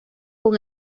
con